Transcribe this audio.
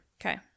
Okay